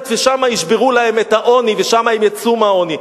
ושם ישברו להם את העוני ושם הם יצאו מהעוני?